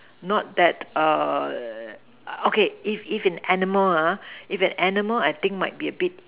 not that err okay if if an animal ah if an animal I think might be a bit